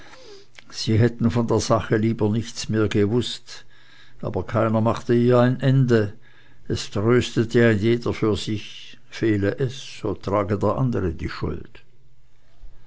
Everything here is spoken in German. sie hätten von der sache lieber nichts mehr gewußt aber keiner machte ihr ein ende es tröstete ein jeder sich fehle es so trage der andere die schuld